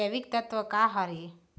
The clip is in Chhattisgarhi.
जैविकतत्व का हर ए?